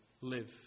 live